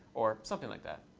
or something like that.